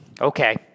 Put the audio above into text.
okay